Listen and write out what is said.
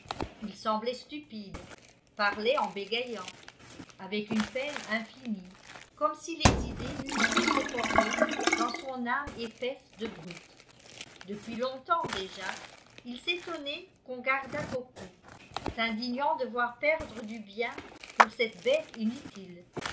il semblait stupide parlait en bégayant avec une peine infinie comme si les idées n'eussent pu se former dans son âme épaisse de brute depuis longtemps déjà il s'étonnait qu'on gardât coco s'indignant de voir perdre du bien pour cette bête inutile